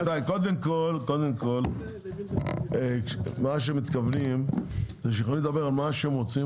קודם כל מה שמתכוונים זה שיכולים לדבר על מה שהם רוצים,